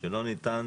שלא ניתן